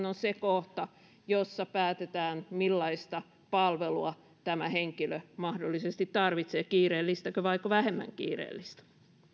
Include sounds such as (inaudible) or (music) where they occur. (unintelligible) on se kohta jossa päätetään millaista palvelua tämä henkilö mahdollisesti tarvitsee kiireellistäkö vaiko vähemmän kiireellistä